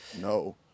no